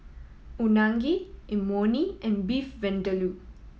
Unagi Imoni and Beef Vindaloo